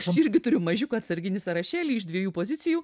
aš irgi turiu mažiuką atsarginį sąrašėlį iš dviejų pozicijų